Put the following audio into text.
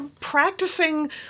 practicing